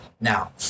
now